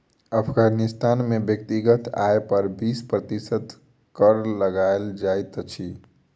अफ़ग़ानिस्तान में व्यक्तिगत आय पर बीस प्रतिशत कर लगायल जाइत अछि